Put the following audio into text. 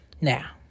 Now